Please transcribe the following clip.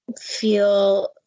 feel